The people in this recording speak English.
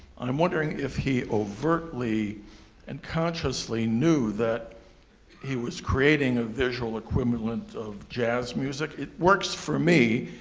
i'm wondering if he overtly unconsciously knew that he was creating a visual equivalent of jazz music. it works for me.